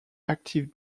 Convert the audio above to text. active